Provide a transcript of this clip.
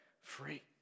free